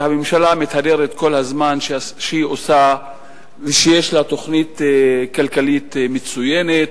והממשלה מתהדרת כל הזמן שהיא עושה ושיש לה תוכנית כלכלית מצוינת,